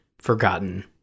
forgotten